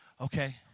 okay